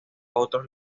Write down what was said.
otros